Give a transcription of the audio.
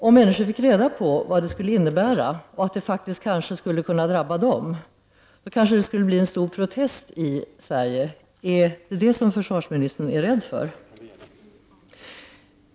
Om människor fick reda på vad detta skulle innebära och att det faktiskt skulle kunna drabba dem, skulle det kanske bli en stor protest i Sverige. Är det detta som försvarsministern är rädd för?